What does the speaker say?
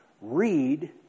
read